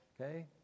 Okay